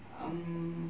um